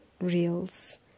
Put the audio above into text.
reels